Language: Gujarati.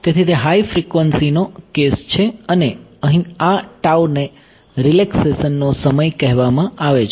તેથી તે હાય ફ્રિકવન્સીનો કેસ છે અને અહીં આ tau ને રીલેક્શેશન નો સમય કહેવામાં આવે છે